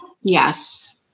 Yes